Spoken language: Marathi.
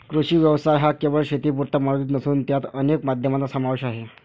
कृषी व्यवसाय हा केवळ शेतीपुरता मर्यादित नसून त्यात अनेक माध्यमांचा समावेश आहे